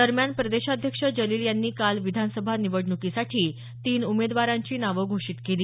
दरम्यान प्रदेशाध्यक्ष जलिल यांनी काल विधानसभा निवडणुकीसाठी तीन उमेदवारांची नावं घोषित केली